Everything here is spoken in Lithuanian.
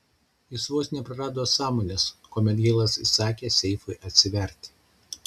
jis vos neprarado sąmonės kuomet hilas įsakė seifui atsiverti